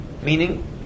Meaning